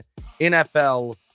NFL